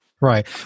Right